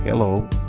Hello